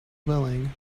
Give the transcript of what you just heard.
willing